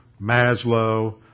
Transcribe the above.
Maslow